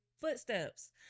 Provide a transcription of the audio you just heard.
footsteps